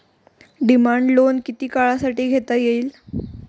Demand loan किती काळासाठी घेता येईल?